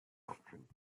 doctrine